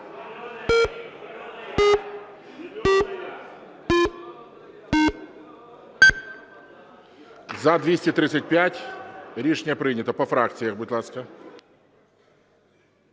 За-235 Рішення прийнято. По фракціях, будь ласка.